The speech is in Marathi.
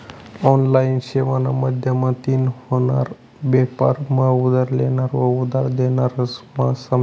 ऑनलाइन सेवाना माध्यमतीन व्हनारा बेपार मा उधार लेनारा व उधार देनारास मा साम्य शे